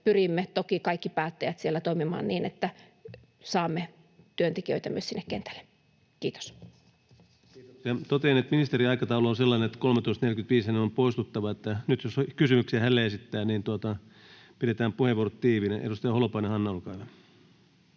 pyrimme kaikki päättäjät siellä toimimaan niin, että saamme työntekijöitä myös sinne kentälle. — Kiitos. Kiitoksia. — Totean, että ministerin aikataulu on sellainen, että 13.45 hänen on poistuttava, joten nyt jos on kysymyksiä hänelle esittää, niin pidetään puheenvuorot tiiviinä. — Edustaja Holopainen, Hanna, olkaa